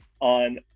on